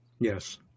Yes